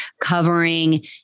covering